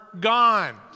gone